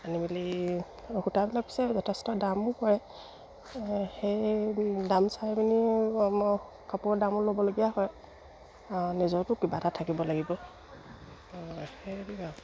আনি মেলি সূতাবিলাক পিছে যথেষ্ট দামো পৰে সেই দাম চাই পিনি কাপোৰ দামো ল'বলগীয়া হয় নিজৰতো কিবা এটা থাকিব লাগিব সেইয়াই আৰু